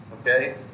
okay